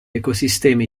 ecosistemi